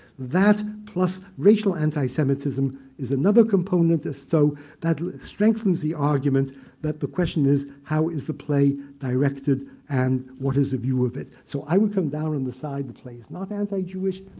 that plus racial anti-semitism is another component. so that strengthens the argument that the question is, how is the play directed and what is a view of it? so i would come down on the side the play's not anti-jewish.